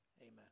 amen